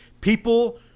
people